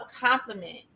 compliment